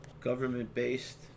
government-based